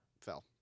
fell